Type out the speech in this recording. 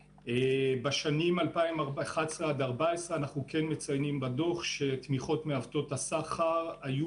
בשנים 2011 עד 2014 אנחנו כן מציינים בדוח שהתמיכות מעוותות הסחר היו